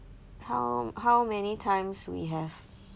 how how many times we have